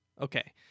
Okay